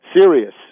serious